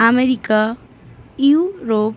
America Europe